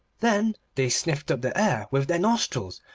then they sniffed up the air with their nostrils,